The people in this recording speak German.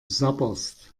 sabberst